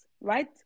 right